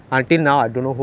like recently lah